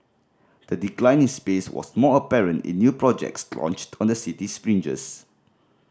the decline in space was most apparent in new projects launched on the cities fringes